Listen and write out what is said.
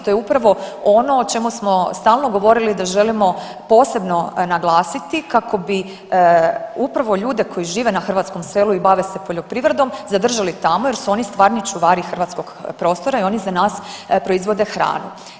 To je upravo ono o čemu smo stalno govorili da želimo posebno naglasiti kako bi upravo ljude koji žive na hrvatskom selu i bave se poljoprivredom zadržali tamo jer su oni stvarni čuvali hrvatskog prostora i oni za nas proizvode hranu.